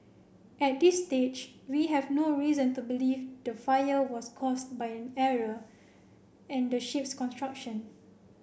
at this stage we have no reason to believe the fire was caused by an error in the ship's construction